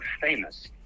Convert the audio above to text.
famous